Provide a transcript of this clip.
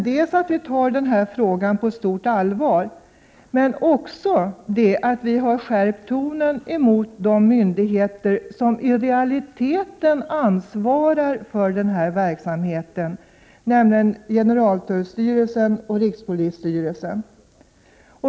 Dels tar vi den här frågan på stort allvar, dels har vi skärpt tonen mot de myndigheter som i realiteten ansvarar för denna verksamhet, nämligen generaltullstyrelsen och rikspolisstyrelsen.